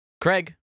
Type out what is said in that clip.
Craig